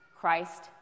Christ